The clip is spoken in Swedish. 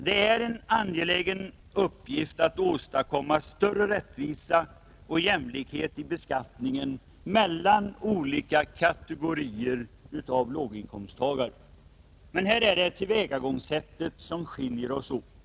Det är en angelägen uppgift att åstadkomma större rättvisa och jämlikhet i beskattningen mellan olika kategorier av låginkomsttagare. Men här är det tillvägagångssättet som skiljer oss åt.